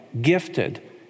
gifted